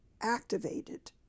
activated